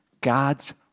God's